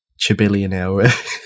chibillionaire